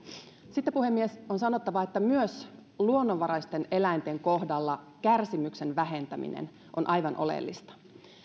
sitten puhemies on sanottava että myös luonnonvaraisten eläinten kohdalla kärsimyksen vähentäminen on aivan oleellista